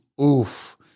Oof